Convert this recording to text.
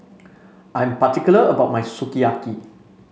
I'm particular about my Sukiyaki